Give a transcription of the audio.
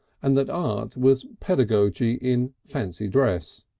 and that art was pedagogy in fancy dress,